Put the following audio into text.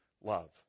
love